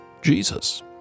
Jesus